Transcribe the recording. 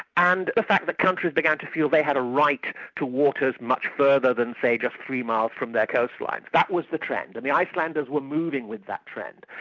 and the fact that countries began to feel they had a right to waters much further than, say, just three miles from their coastline. that was the trend, and the icelanders were moving with that trend.